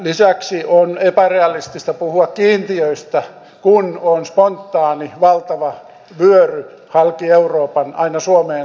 lisäksi on epärealistista puhua kiintiöistä kun on spontaani valtava vyöry halki euroopan aina suomeen asti